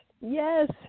Yes